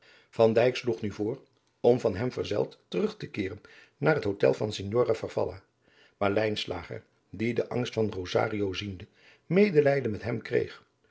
sloeg nu voor om van hem verzeld terug te keeren naar het hotel van signora farfalla maar lijnslager die den angst van rosario ziende medelijden met hem kreeg